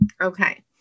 Okay